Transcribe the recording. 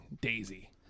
daisy